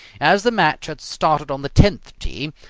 as the match had started on the tenth tee,